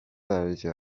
درجه